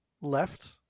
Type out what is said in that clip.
left